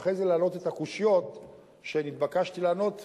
אחרי זה להעלות את הקושיות שנתבקשתי לענות עליהן,